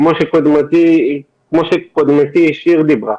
כמו שקודמתי שיר דיברה,